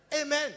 Amen